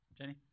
Jenny